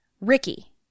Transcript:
Ricky